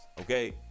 okay